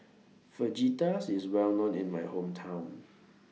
Fajitas IS Well known in My Hometown